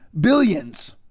billions